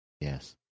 Yes